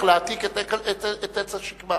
לוקח להעתיק את עץ השקמה?